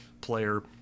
player